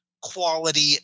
quality